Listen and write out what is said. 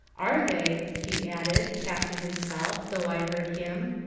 are they, he added, half to himself, though i heard him,